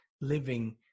living